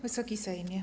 Wysoki Sejmie!